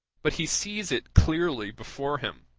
but he sees it clearly before him,